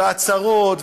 וההצהרות,